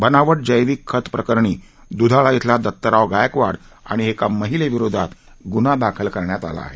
बनाव जैविक खतप्रकरणी दुधाळा श्रिला दत्तराव गायकवाड आणि एका महिलेविरोधात गुन्हा दाखल करण्यात आला आहे